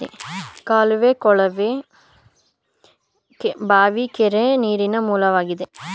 ಕಾಲುವೆ, ಕೊಳವೆ ಬಾವಿ, ಕೆರೆ, ನೀರಿನ ಮೂಲಗಳಾಗಿವೆ